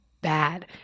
bad